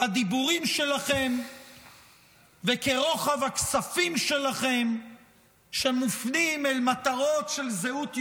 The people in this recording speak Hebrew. הדיבורים שלכם וכרוחב הכספים שלכם שמופנים למטרות של זהות יהודית,